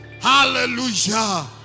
Hallelujah